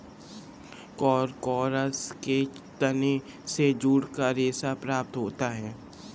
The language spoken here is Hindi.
कोरकोरस के तने से जूट का रेशा प्राप्त होता है